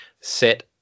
set